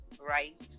right